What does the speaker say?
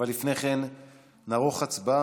הסתיימו להיום, אבל לפני כן נערוך הצבעה,